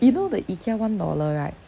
you know the ikea one dollar right